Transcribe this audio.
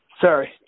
Sorry